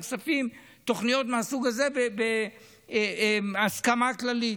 הכספים תוכניות מהסוג הזה בהסכמה כללית.